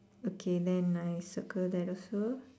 okay then I circle that also